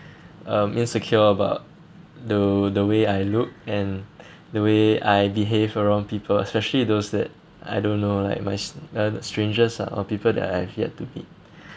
um insecure about the the way I look and the way I behave around people especially those that I don't know like my uh like strangers ah or people that I've yet to meet